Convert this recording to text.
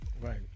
Right